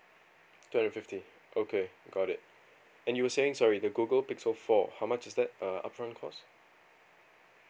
two hundred fifty okay got it and you were saying sorry the google pixel four how much is that uh upfront cost